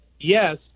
yes